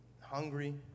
hungry